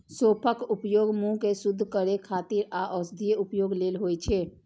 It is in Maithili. सौंफक उपयोग मुंह कें शुद्ध करै खातिर आ औषधीय उपयोग लेल होइ छै